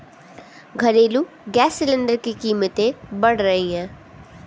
घरेलू gas cylinder की कीमतें बढ़ रही है